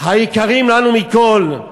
היקרים לנו מכול.